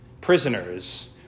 prisoners